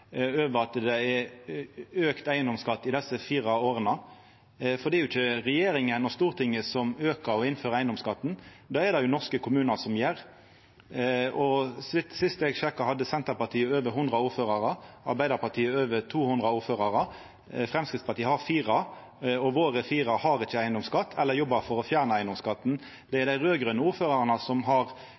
over 100 ordførarar og Arbeidarpartiet over 200 ordførarar. Framstegspartiet har fire, og våre fire har ikkje eigedomsskatt eller jobbar for å fjerna eigedomsskatten. Det er dei raud-grøne ordførarane som har